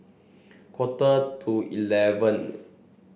quarter to eleven